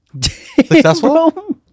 Successful